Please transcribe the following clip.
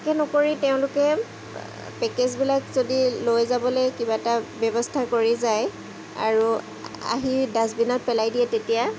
তাকে নকৰি তেওঁলোকে পেকেজবিলাক যদি লৈ যাবলৈ কিবা এটা ব্যৱস্থা কৰি যায় আৰু আহি ডাষ্টবিনত পেলাই দিয়ে তেতিয়া